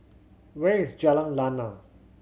where is Jalan Lana